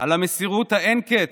על המסירות אין קץ,